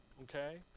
Okay